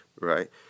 Right